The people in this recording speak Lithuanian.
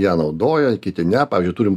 ją naudoja kiti ne pavyzdžiui turim